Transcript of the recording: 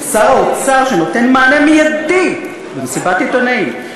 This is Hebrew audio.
שר האוצר שנותן מענה מיידי" במסיבת עיתונאים,